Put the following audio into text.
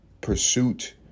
pursuit